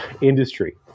industry